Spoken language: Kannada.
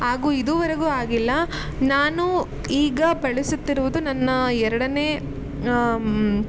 ಹಾಗೂ ಇದುವರೆಗೂ ಆಗಿಲ್ಲ ನಾನು ಈಗ ಬಳಸುತ್ತಿರುವುದು ನನ್ನ ಎರಡನೇ